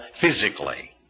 physically